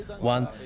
one